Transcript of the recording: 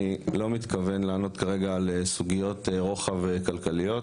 אני לא מתכוון לענות כרגע על סוגיות רוחב כלכליות.